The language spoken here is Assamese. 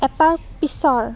এটাৰ পিছৰ